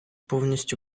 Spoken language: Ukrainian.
повністю